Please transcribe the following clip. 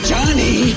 Johnny